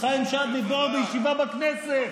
חיים שדמי פה, בישיבה בכנסת.